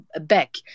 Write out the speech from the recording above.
back